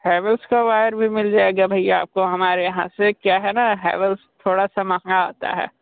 हेवेल्स का वायर भी मिल जाएगा भैया आपको हमारे यहाँ से क्या है ना हेवेल्स थोड़ा सा महँगा आता है